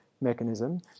mechanism